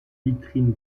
vitrine